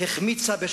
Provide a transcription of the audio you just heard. החמיצה.